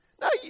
No